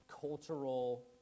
cultural